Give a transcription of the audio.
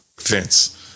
Vince